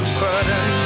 burden